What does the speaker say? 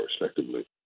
respectively